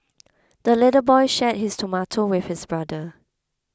the little boy shared his tomato with his brother